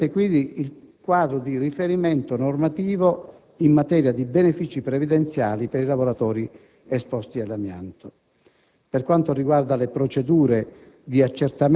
e rappresenta, quindi, il quadro di riferimento normativo in materia di benefici previdenziali per i lavoratori esposti all'amianto. Per quanto riguarda le procedure